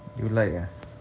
you like ah